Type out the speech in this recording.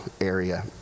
area